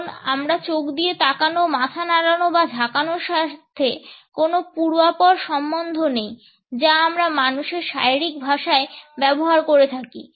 কারণ আমাদের চোখ দিয়ে তাকানো মাথা নাড়ানো বা ঝাঁকানোর সাথে কোন পূর্বাপর সম্বন্ধ নেই যা আমরা মানুষের শারীরিক ভাষায় ব্যবহার করে থাকি